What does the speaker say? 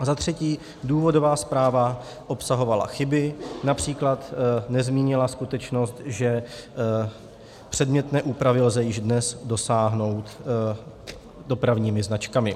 Za třetí, důvodová zpráva obsahovala chyby, například nezmínila skutečnost, že předmětné úpravy lze již dnes dosáhnout dopravními značkami.